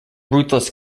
ruthless